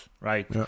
right